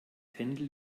pendel